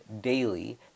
daily